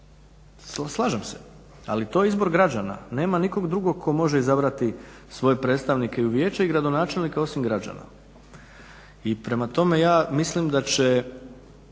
Slažem se, ali to je izbor građana, nema nikog drugog tko može izabrati svoje predstavnike u vijeće i gradonačelnike osim građana. I prema tome, ja mislim da će